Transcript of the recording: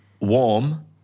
warm